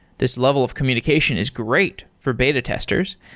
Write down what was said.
this level of communication is great for beta testers.